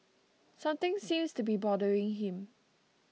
something seems to be bothering him